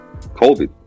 COVID